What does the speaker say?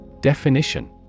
Definition